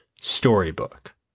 storybook